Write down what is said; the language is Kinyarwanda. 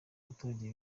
baturage